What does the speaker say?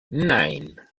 nein